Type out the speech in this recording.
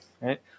right